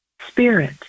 Spirit